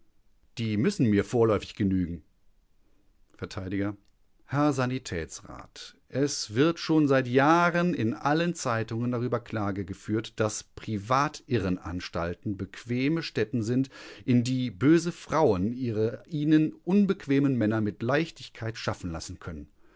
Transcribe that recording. die müssen mir vorläufig genügen vert herr sanitätsrat es wird schon seit jahren in allen zeitungen darüber klage geführt daß privatirrenanstalten bequeme stätten sind in die böse frauen ihre ihnen unbequemen männer mit leichtigkeit schaffen lassen können